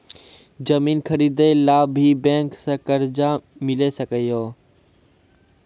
जमीन खरीदे ला भी बैंक से कर्जा मिले छै यो?